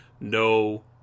no